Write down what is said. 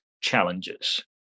challenges